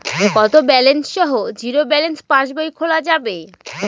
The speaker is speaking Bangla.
কত ব্যালেন্স সহ জিরো ব্যালেন্স পাসবই খোলা যাবে?